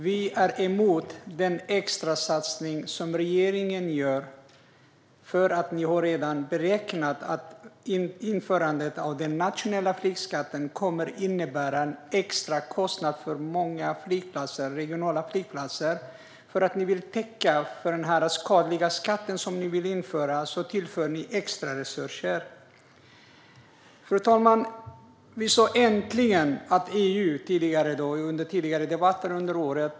Vi är emot den extrasatsning som regeringen gör, för ni har redan beräknat att införandet av den nationella flygskatten kommer att innebära en extrakostnad för många regionala flygplatser. För att täcka för den skadliga skatt som ni vill införa tillför ni extra resurser. Fru talman! I tidigare debatter under året sa vi "Äntligen!"